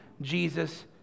Jesus